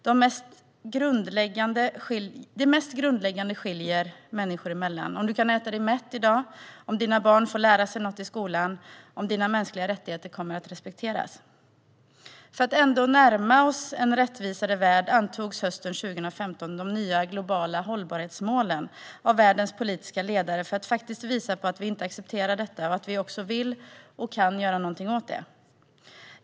Det mest grundläggande skiljer människor åt: om du kan äta dig mätt i dag, om dina barn får lära sig något i skolan och om dina mänskliga rättigheter kommer att respekteras. För att ändå närma oss en rättvisare värld antogs hösten 2015 de nya globala hållbarhetsmålen av världens politiska ledare för att faktiskt visa på att vi inte accepterar detta och att vi också vill och kan göra någonting åt det.